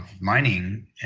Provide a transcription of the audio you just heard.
mining